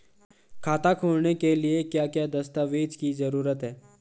खाता खोलने के लिए क्या क्या दस्तावेज़ की जरूरत है?